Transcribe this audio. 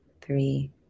three